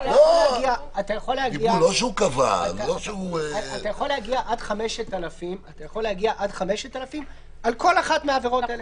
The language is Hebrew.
אתה יכול להגיע עד 5,000 על כל אחת מהעבירות האלה,